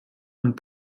und